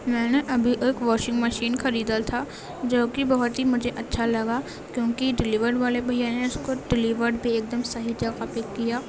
میں نے ابھی ایک واشنگ میشن خریدا تھا جو کہ بہت ہی مجھے اچھا لگا کیوںکہ ڈیلیوری والے بھیا نے اس کو ڈیلیورڈ بھی ایک دم صحیح جگہ پہ کیا